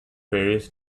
various